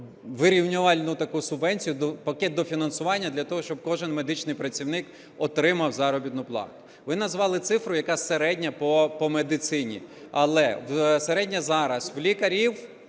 вирівнювальну таку субвенцію, пакет дофінансування для того, щоб кожен медичний працівник отримав заробітну плату. Ви назвали цифру, яка середня по медицині. Але середня зараз, в лікарів